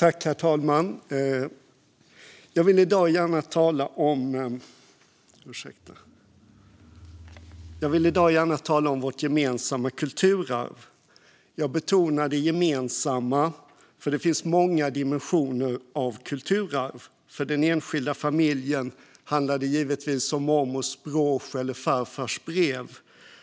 Herr talman! Jag vill i dag gärna tala om vårt gemensamma kulturarv. Jag betonar det gemensamma, för det finns många dimensioner av kulturarv. För den enskilda familjen handlar det givetvis om mormors brosch eller farfars brev.